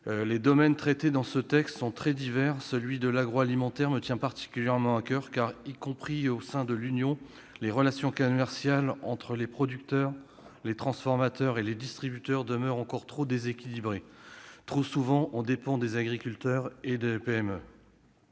les domaines très divers traités dans ce texte, l'agroalimentaire me tient particulièrement à coeur, car, y compris au sein de l'Union, les relations commerciales entre les producteurs, les transformateurs et les distributeurs demeurent déséquilibrées, trop souvent aux dépens des agriculteurs et des PME.